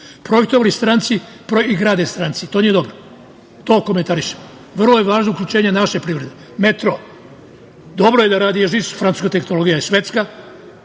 Projektovali stranci i grade stranci, to nije dobro. To komentarišem. Vrlo je važno uključenje naše privrede. Metro. Dobro je da rade, francuska tehnologija je svetska,